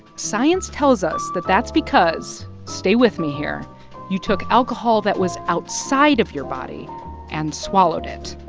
science tells us that that's because stay with me here you took alcohol that was outside of your body and swallowed it,